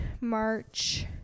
March